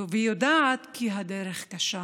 ויודעת כי הדרך קשה,